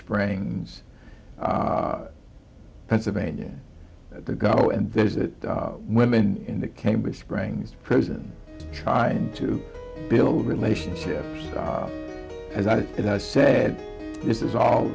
springs pennsylvania at the go and visit women in the cambridge springs prison trying to build relationships as i said this is all